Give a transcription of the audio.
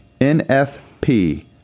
NFP